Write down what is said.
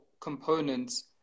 components